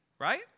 right